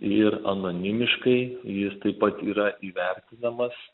ir anonimiškai jis taip pat yra įvertinamas